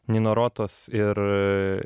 nino rotos ir